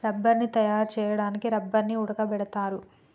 రబ్బర్ని తయారు చేయడానికి రబ్బర్ని ఉడకబెడతారు